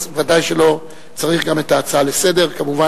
ודאי שלא צריך גם את ההצעה לסדר-היום.